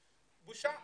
בושה,